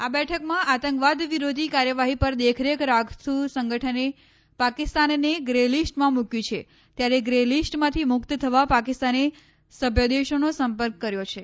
આ બેઠકમાં આતંકવાદ વિરોધી કાર્યવાહી પર દેખરેખ રાખતું સંગઠને પાકિસ્તાનને ગ્રે લીસ્ટમાં મુક્વું છે ત્યારે ગ્રે લીસ્ટમાંથી મુક્ત થવા પાકિસ્તાને સભ્ય દેશોનો સંપર્ક કર્યો છે